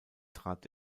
trat